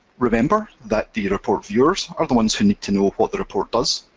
remember that the report viewers are the ones who need to know what the report does,